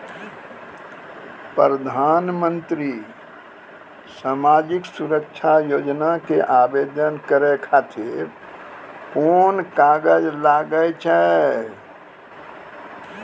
प्रधानमंत्री समाजिक सुरक्षा योजना के आवेदन करै खातिर कोन कागज लागै छै?